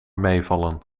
meevallen